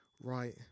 right